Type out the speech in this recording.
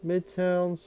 Midtown